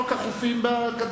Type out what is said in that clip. החופים.